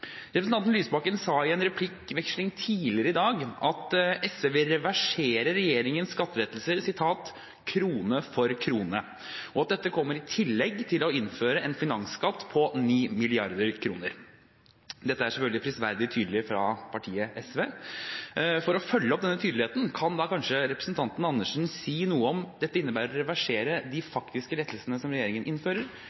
Representanten Lysbakken sa i en replikkveksling tidligere i dag at SV vil reversere regjeringens skattelettelser «krone for krone», og at dette kommer i tillegg til å innføre en finansskatt på 9 mrd. kr. Dette er selvfølgelig prisverdig tydelig fra partiet SV. For å følge opp denne tydeligheten kan kanskje representanten Andersen si noe om dette innebærer å reversere de